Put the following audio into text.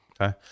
Okay